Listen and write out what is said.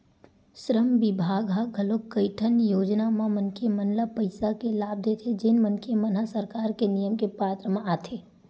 श्रम बिभाग ह घलोक कइठन योजना म मनखे मन ल पइसा के लाभ देथे जेन मनखे मन ह सरकार के नियम के पात्र म आथे